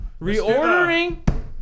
reordering